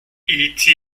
eta